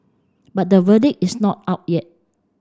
but the verdict is not out yet